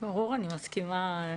ברור, אני מסכימה.